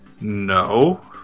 No